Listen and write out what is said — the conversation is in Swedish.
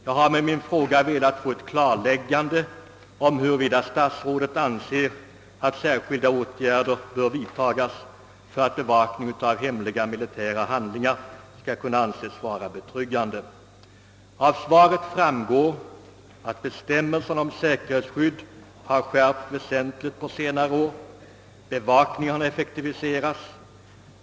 Jag har med min fråga velat få klarlagt, huruvida statsrådet anser att särskilda åtgärder bör vidtagas för att bevakningen av hemliga militära handlingar skall kunna anses vara betryggande. Av svaret framgår att bestämmelserna om säkerhetsskydd har skärpts väsentligt på senare år. Bevakningen har effektiviserats.